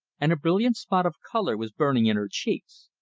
and a brilliant spot of colour was burning in her cheeks.